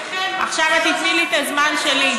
עכשיו את תיתני לי את הזמן שלי.